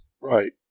Right